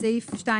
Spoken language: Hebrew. בסעיף 2,